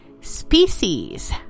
species